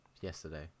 Yesterday